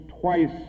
twice